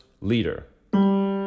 leader